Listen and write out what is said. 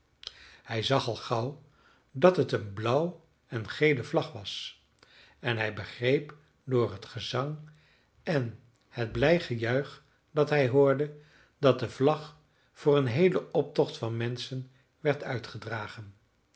hij zag al gauw dat het een blauw en gele vlag was en hij begreep door het gezang en het blij gejuich dat hij hoorde dat de vlag voor een heelen optocht van menschen werd